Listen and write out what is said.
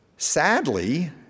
Sadly